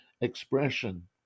expression